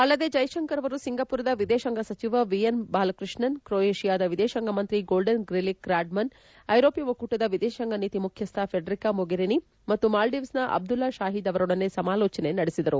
ಅಲ್ಲದೆ ಜೈಶಂಕರ್ ಅವರು ಸಿಂಗಮರದ ವಿದೇಶಾಂಗ ಸಚಿವ ವಿವಿಯನ್ ಬಾಲಕೃಷ್ಣನ್ ಕ್ರೋವೇಶಿಯಾದ ವಿದೇಶಾಂಗ ಮಂತ್ರಿ ಗೋಲ್ಡನ್ ಗ್ರಿಲಿಕ್ ರಾಡ್ಮನ್ ಐರೋಷ್ಠ ಒಕ್ಕೂಟದ ವಿದೇಶಾಂಗ ನೀತಿ ಮುಖ್ಯಸ್ಥ ಫೆಡೆರಿಕಾ ಮೊಗೆರಿನಿ ಮತ್ತು ಮಾಲ್ದವೀಸ್ನ ಅಬ್ದುಲ್ಲಾ ಶಾಹೀದ್ ಅವರೊಡನೆ ಸಮಾಲೋಚನೆ ನಡೆಸಿದರು